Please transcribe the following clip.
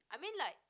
I mean like